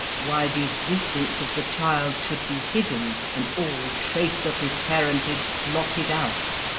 why the existence of the child should be hidden, and all trace of his parentage blotted out,